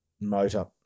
motor